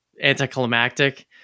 anticlimactic